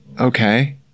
Okay